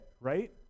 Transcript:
right